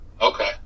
Okay